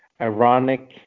ironic